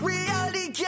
Reality